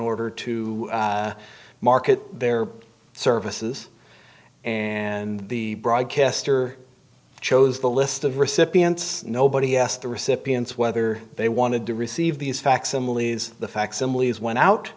order to market their services and the broadcaster chose the list of recipients nobody asked the recipients whether they wanted to receive these facsimiles the facsimiles went out